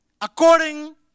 According